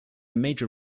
major